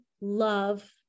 love